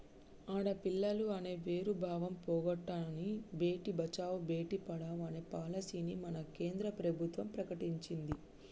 ఆడపిల్లలు అనే వేరు భావం పోగొట్టనని భేటీ బచావో బేటి పడావో అనే పాలసీని మన కేంద్ర ప్రభుత్వం ప్రకటించింది